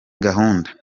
gahunda